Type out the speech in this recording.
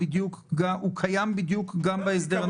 הוא קיים גם בהסדר הנוכחי.